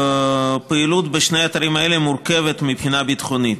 הפעילות בשני האתרים האלה מורכבת מבחינה ביטחונית.